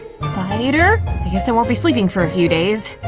spider? i guess i won't be sleeping for a few days.